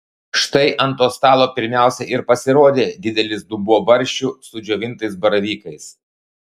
štai ant to stalo pirmiausia ir pasirodė didelis dubuo barščių su džiovintais baravykais